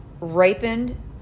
ripened